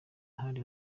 hari